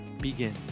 begin